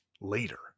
later